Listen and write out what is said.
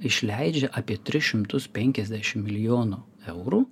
išleidžia apie tris šimtus penkiasdešim milijonų eurų